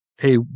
hey